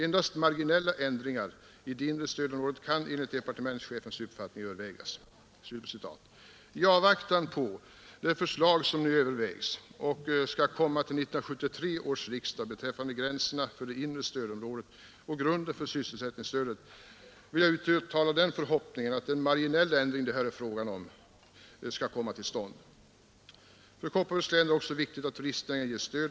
Endast marginella förändringar i det inre stödområdets omfattning kan enligt departementschefens uppfattning övervägas.” I avvaktan på det förslag som nu övervägs och som skall läggas fram för 1973 års riksdag beträffande gränserna för det inre stödområdet och grunden för sysselsättningsstödet vill jag uttala den förhoppningen att den marginella ändring det här är fråga om skall komma till stånd. För Kopparbergs län är det också viktigt att turistnäringen ges stöd.